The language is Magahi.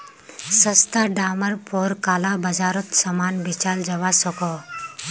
सस्ता डामर पोर काला बाजारोत सामान बेचाल जवा सकोह